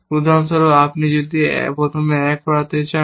উদাহরণস্বরূপ আপনি যদি প্রথমে 1 করতে যান